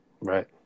Right